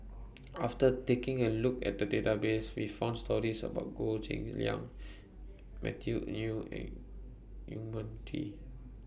after taking A Look At The Database We found stories about Goh Cheng Liang Matthew New and Yong Mun Chee